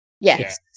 Yes